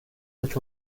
which